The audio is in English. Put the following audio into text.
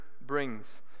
brings